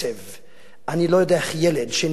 אני לא יודע איך ילד שנדחה מהכיתה